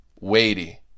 weighty